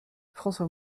françois